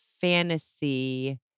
fantasy